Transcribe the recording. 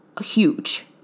huge